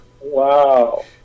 Wow